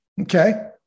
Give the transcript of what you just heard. Okay